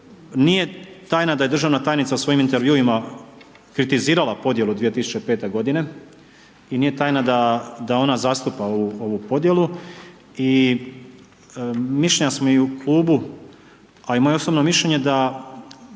nije tajna da je državna tajnica u svojim intervjuima kritizirala podjelu 2005. g. i nije tajna da ona zastupa ovu podjelu i mišljenja smo i u klubu a i moje osobno mišljenje da